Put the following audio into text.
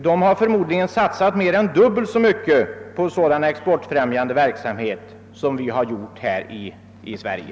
De har förmodligen satsat mer än dubbelt så mycket på exportfrämjande verksamhet som vi gjort här i Sverige.